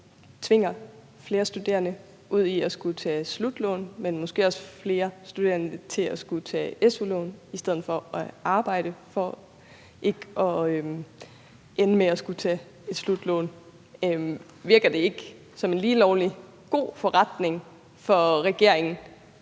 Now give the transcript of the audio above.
tvinger flere studerende ud i at skulle tage slutlån og måske også flere studerende ud i at skulle tage su-lån i stedet for at arbejde for ikke at ende med at skulle tage et slutlån. Virker det ikke som en lige lovlig god forretning for regeringen